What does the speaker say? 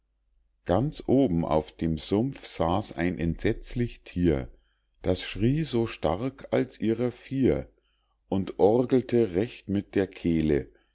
ganz oben auf dem sumpf saß ein entsetzlich thier das schrie so stark als ihrer vier und orgelte recht mit der kehle